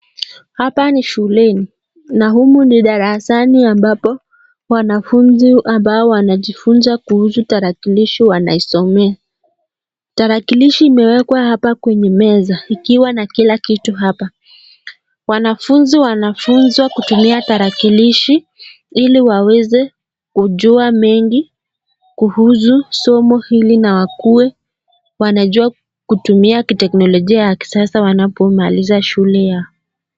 Hapa ni shuleni ,na humu ni darasani ambapo wanafunzi ambao wanajifunza kuhusu tarakilishi wanaisomea. Tarakilishi imewekwa hapa kwenye meza ikiwa na kila kitu hapa ,wanafunzi wanafunzwa kutumia tarakilishi ili waweze kujua mengi kuhusu somo hilina wajue kutumia teknologia ya kisasa wanapomaliza shule yao.